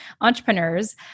entrepreneurs